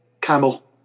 Camel